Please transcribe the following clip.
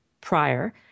prior